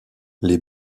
les